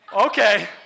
Okay